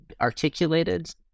articulated